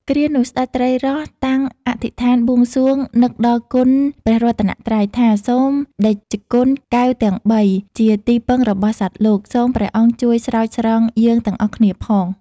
គ្រានោះ ស្ដេចត្រីរ៉ស់តាំងអធិដ្ឋានបួងសួងនឹកដល់គុណព្រះរតនត្រ័យថា៖ «សូមតេជគុណកែវទាំងបីជាទីពឹងរបស់សត្វលោក សូមព្រះអង្គជួយស្រោចស្រង់យើងទាំងអស់គ្នាផង»។